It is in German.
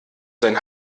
sein